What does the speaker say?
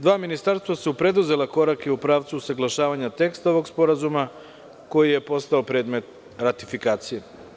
Dva ministarstva su preduzela korake u pravcu usaglašavanja teksta ovog sporazuma koji je postao predmet ratifikacije.